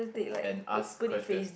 and ask questions